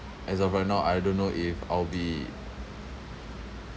as of right now I don't know if I'll be